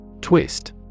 Twist